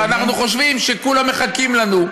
ואנחנו חושבים שכולם מחכים לנו.